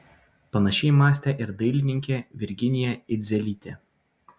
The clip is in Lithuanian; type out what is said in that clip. panašiai mąstė ir dailininkė virginija idzelytė